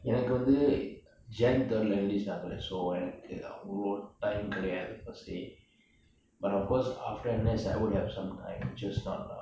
எனக்கு வந்து:enakku vanthu jan third enlist ஆகுறேன்:aaguren so எனக்கு அவ்வளொ:enakku avvalo time கிடையாது:kidaiyaathu per se but of course after N_S I would have some time just not now